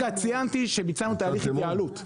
ציינתי שביצענו תהליך התייעלות.